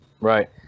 Right